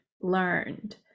learned